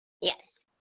Yes